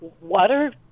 water